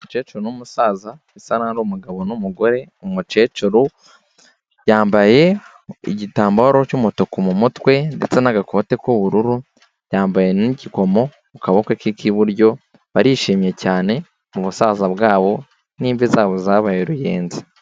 Umukecuru n'umusaza, bisa nkaho ari umugabo n'umugore, umukecuru yambaye igitambaro cy'umutuku mu mutwe ndetse n'agakote k'ubururu, yambaye n'igikomo mu kaboko ke k'iburyo, barishimye cyane mu busaza bwabo n'imvi zabo zabaye uruyenzi.